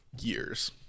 Years